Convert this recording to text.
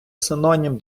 синонім